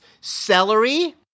celery